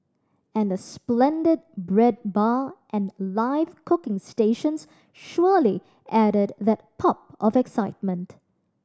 and a splendid bread bar and live cooking stations surely added that pop of excitement